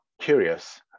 curious